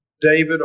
David